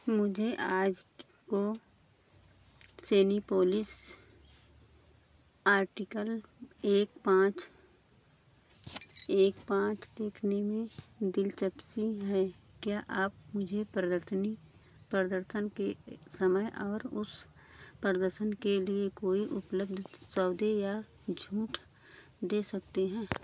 मुझे आज को सेनीपोलिस आर्टिकल एक पाँच एक पाँच देखने में दिलचप्सी है क्या आप मुझे प्रदर्शनी प्रदर्शन के समय और उस प्रदर्शन के लिए कोई उपलब्ध सौदे या झूठ दे सकते हैं